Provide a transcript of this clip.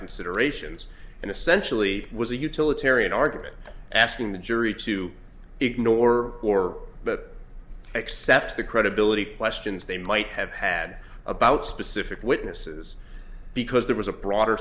considerations and essentially was a utilitarian argument asking the jury to ignore or but accept the credibility questions they might have had about specific witnesses because there was a broader